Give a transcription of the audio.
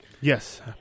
Yes